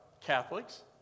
Catholics